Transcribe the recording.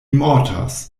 mortos